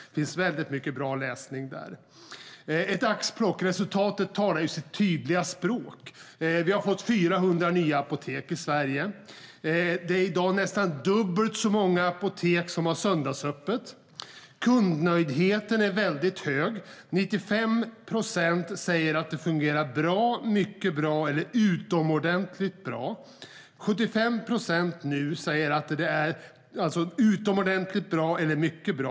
Där finns mycket bra läsning. Resultatet talar sitt tydliga språk. Låt mig göra ett axplock. Vi har fått 400 nya apotek i Sverige. Det är i dag nästan dubbelt så många apotek som har söndagsöppet. Kundnöjdheten är väldigt hög. 95 procent säger att det fungerar bra, mycket bra eller utomordentligt bra. 75 procent säger att det fungerar utomordentligt bra eller mycket bra.